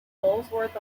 molesworth